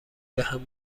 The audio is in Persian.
بهم